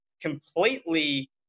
completely